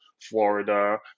Florida